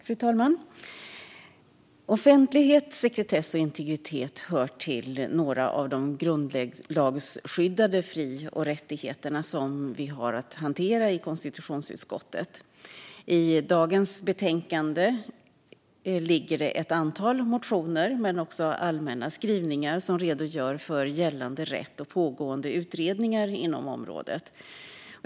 Fru talman! Offentlighet, sekretess och integritet är några av de grundlagsskyddade fri och rättigheter som vi har att hantera i konstitutionsutskottet. I dagens betänkande ligger ett antal motioner men också allmänna skrivningar som redogör för gällande rätt och pågående utredningar inom området.